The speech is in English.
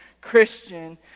Christian